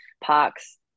park's –